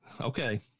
Okay